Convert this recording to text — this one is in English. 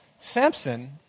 Samson